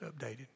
updated